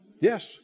Yes